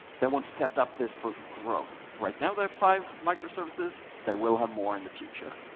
they want to set up this for growth. right now, they have five microservices. they will have more in the future.